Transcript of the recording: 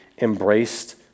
embraced